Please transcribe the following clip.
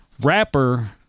rapper